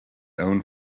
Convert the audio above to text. own